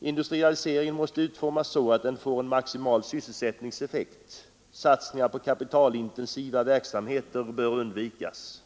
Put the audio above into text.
Industrialiseringen måste utformas så att den får en maximal sysselsättningseffekt. Satsningar på kapitalintensiva verksamheter bör undvikas.